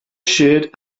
siúd